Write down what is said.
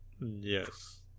Yes